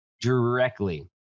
directly